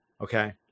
Okay